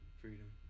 Freedom